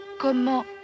Comment